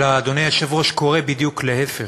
אלא, אדוני היושב-ראש, קורה בדיוק להפך,